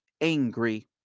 angry